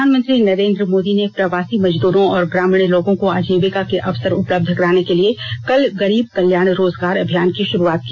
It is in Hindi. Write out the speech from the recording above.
प्रधानमंत्री नरेन्द्र मोदी ने प्रवासी मजदूरों और ग्रामीण लोगों को आजीविका के अवसर उपलब्ध कराने के लिए कल गरीब कल्याण रोजगार अभियान की शुरूआत की